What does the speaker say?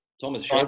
Thomas